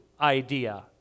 idea